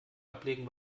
ablegen